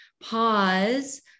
pause